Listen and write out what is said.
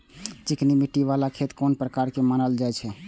चिकनी मिट्टी बाला खेत कोन प्रकार के मानल जाय छै?